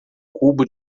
cubo